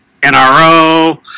NRO